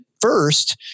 first